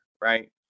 right